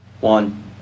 One